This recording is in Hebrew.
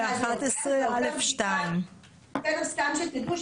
סתם שתדעו,